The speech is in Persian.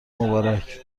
مبارک